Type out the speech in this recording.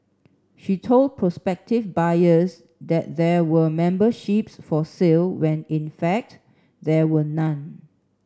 she told prospective buyers that there were memberships for sale when in fact there were none